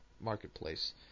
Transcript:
Marketplace